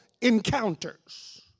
encounters